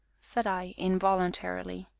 said i involuntarily.